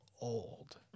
old